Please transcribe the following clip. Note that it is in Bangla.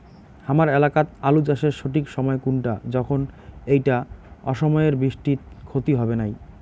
হামার এলাকাত আলু চাষের সঠিক সময় কুনটা যখন এইটা অসময়ের বৃষ্টিত ক্ষতি হবে নাই?